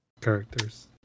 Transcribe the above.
characters